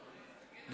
כבוד השר, אה, באמת?